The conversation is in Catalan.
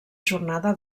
jornada